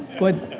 but